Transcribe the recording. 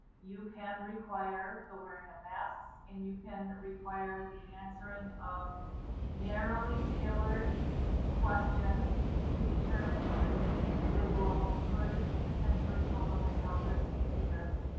you can require the wearing of masks, and you can't require the answering of narrowly tailored questions to determine if the individual could potentially pose a health or safety risk,